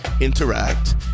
interact